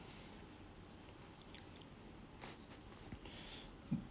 mm